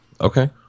Okay